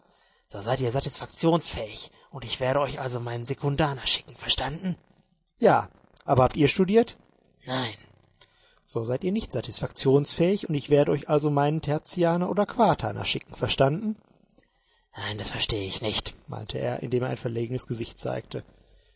so seid ihr satisfaktionsfähig und ich werde euch also meinen sekundaner schicken verstanden ja aber habt ihr studiert nein so seid ihr nicht satisfaktionsfähig und ich werde euch also meinen tertianer oder quartaner schicken verstanden nein das verstehe ich nicht meinte er indem er ein verlegenes gesicht zeigte